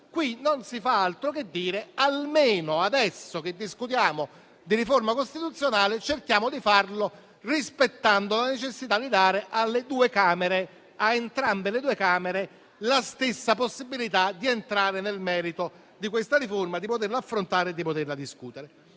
qui non si fa altro che dire, almeno adesso che discutiamo di riforma costituzionale, di farlo rispettando la necessità di dare a entrambe le due Camere la stessa possibilità di entrare nel merito di questa riforma, affrontarla e discuterla.